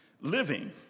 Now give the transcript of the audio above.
living